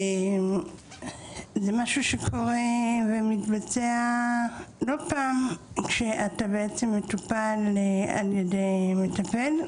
זה משהו שקורה ומתבצע לא פעם כשאתה מטופל על ידי מטפל.